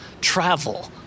travel